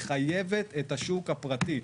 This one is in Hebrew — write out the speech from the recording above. היא חייבת את השוק הפרטי.